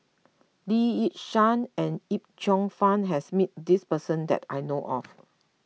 Lee Yi Shyan and Yip Cheong Fun has met this person that I know of